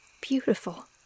beautiful